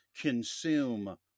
consume